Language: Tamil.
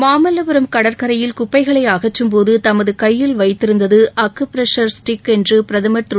மாமல்லபுரம் கடற்கரையில் குப்பைகளை அகற்றும்போது தமது கையில் வைத்திருந்தது அக்குபிரஷா ஸ்டிக் பிரதமர் என்று திரு